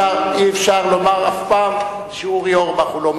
אי-אפשר לומר אף פעם שאורי אורבך הוא לא מקורי.